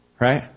Right